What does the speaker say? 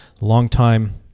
longtime